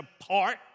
apart